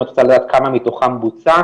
אם את רוצה לדעת כמה מתוכם בוצע,